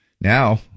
Now